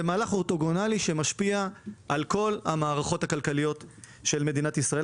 זה מהלך אורתוגונלי שמשפיע על כל המערכות הכלכליות של מדינת ישראל,